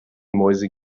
mäuse